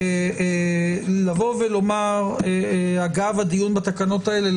לבוא ולומר אגב הדיון בתקנות האלה,